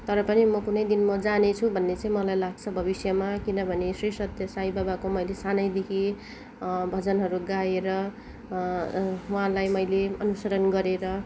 तर पनि म कुनै दिन म जानेछु भन्ने चाहिँ मलाई लाग्छ भविष्यमा किनभने श्री सत्य साई बाबाको मैले सानैदेखि भजनहरू गाएर उहाँलाई मैले अनुसरण गरेर